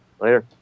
Later